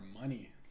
money